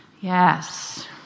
Yes